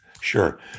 Sure